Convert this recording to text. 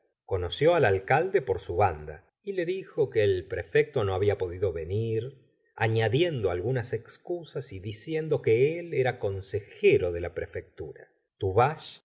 conoció al alcalde por su banda y le dijo que el prefecto no había podido venir anadiendo algunas excusas y diciendo que él era consejero de la prefectura